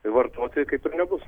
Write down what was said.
vartoti kaip ir nebus